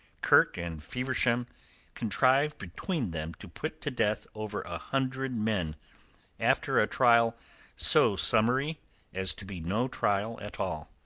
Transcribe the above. kirke and feversham contrived between them to put to death over a hundred men after a trial so summary as to be no trial at all.